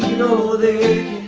you know the